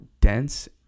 dense